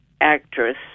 actress